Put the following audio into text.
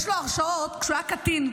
יש לו הרשעות כשהוא היה קטין.